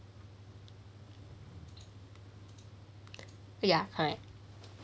ya correct